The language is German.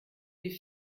die